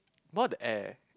more of the air